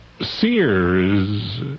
Sears